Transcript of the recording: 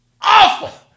awful